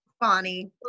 Bonnie